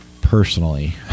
personally